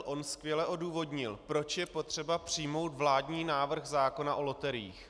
On skvěle odůvodnil, proč je potřeba přijmout vládní návrh zákona o loteriích.